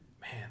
Man